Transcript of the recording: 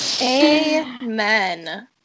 amen